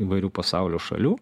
įvairių pasaulio šalių